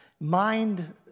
Mind